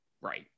right